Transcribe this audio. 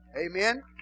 Amen